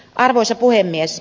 arvoisa puhemies